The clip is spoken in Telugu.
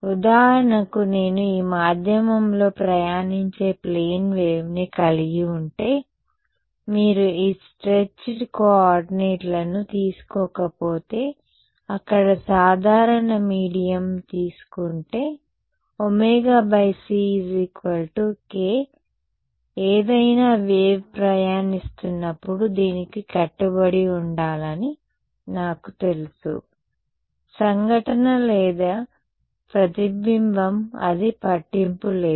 ఉదాహరణకు నేను ఈ మాధ్యమంలో ప్రయాణించే ప్లేన్ వేవ్ని కలిగి ఉంటే మీరు ఈ స్ట్రెచ్డ్ కోఆర్డినేట్ లను తీసుకోకపోతే అక్కడ సాధారణ మీడియం తీసుకుంటే ωc k ఏదైనా వేవ్ ప్రయాణిస్తున్నప్పుడు దీనికి కట్టుబడి ఉండాలని నాకు తెలుసు సంఘటన లేదా ప్రతిబింబం అది పట్టింపు లేదు